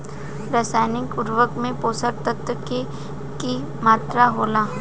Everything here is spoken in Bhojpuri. रसायनिक उर्वरक में पोषक तत्व के की मात्रा होला?